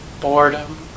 boredom